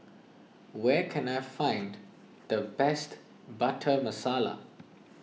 where can I find the best Butter Masala